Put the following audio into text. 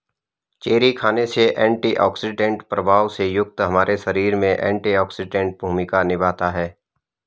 cherry खाने से antioxidant प्रभाव से युक्त हमारे शरीर में एंटीऑक्सीडेंट भूमिका निभाता है